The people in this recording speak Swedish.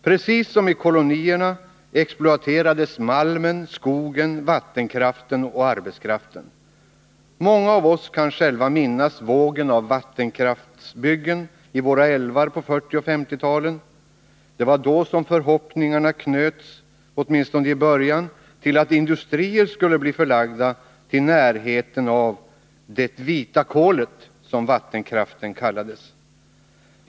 Precis som i kolonierna exploaterades malmen, skogen, vattenkraften och arbetskraften. Många av oss kan själva minnas vågen av vattenkraftsbyggen i våra älvar på 1940 och 1950-talen. Förhoppningarna knöts åtminstone i början till att industrier skulle bli förlagda till närheten av ”det vita kolet”, som vattenkraften kallades.